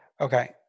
Okay